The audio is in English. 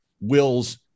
Wills